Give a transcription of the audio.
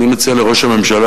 אני מציע לראש הממשלה,